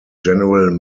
general